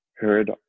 heard